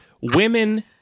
women